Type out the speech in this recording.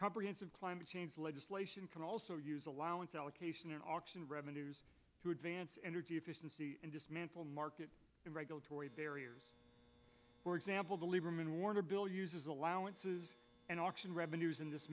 comprehensive climate change legislation can also use allowance allocation in our revenue to advance energy efficiency and dismantle market and regulatory barriers for example the lieberman warner bill uses allowances and auction revenues in this